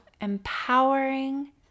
empowering